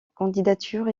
candidature